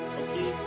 okay